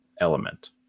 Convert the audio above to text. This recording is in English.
element